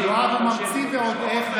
הוא ממציא ועוד איך,